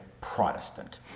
Protestant